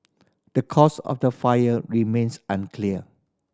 the cause of the fire remains unclear